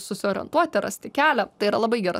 susiorientuoti rasti kelią tai yra labai gera